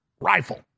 rifle